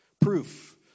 proof